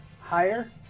higher